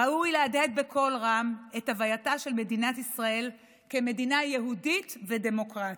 ראוי להדהד בקול רם את הווייתה של מדינת ישראל כמדינה יהודית ודמוקרטית,